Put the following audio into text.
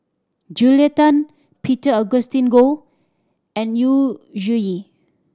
Julia Tan Peter Augustine Goh and Yu Zhuye